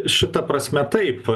šita prasme taip